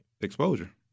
Exposure